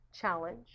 challenge